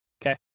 Okay